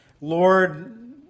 Lord